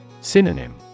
Synonym